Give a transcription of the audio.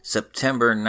September